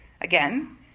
Again